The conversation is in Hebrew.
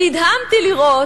שנדהמתי לראות,